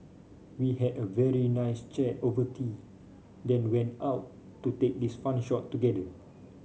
we had a very nice chat over tea then went out to take this fun shot together